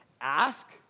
Ask